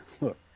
look